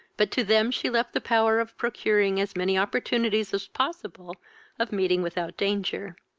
but to them she left the power of procuring as many opportunities as possible of meeting without danger.